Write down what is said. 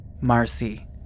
Marcy